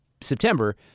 September